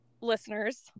listeners